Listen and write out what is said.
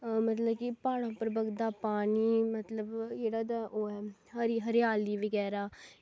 मतलव की प्हाड़ें उप्पर बगदा पानी मतलव जेह्ड़ा एह्दा ओह् ऐ हरियाली बगैरा